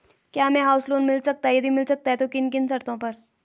क्या हमें house loan मिल सकता है यदि मिल सकता है तो किन किन शर्तों पर?